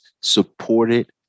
supported